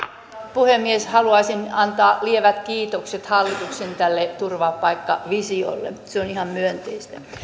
puhemies haluaisin antaa lievät kiitokset tälle hallituksen turvapaikkavisiolle se on ihan